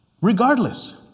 regardless